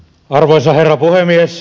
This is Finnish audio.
arvoisa herra puhemies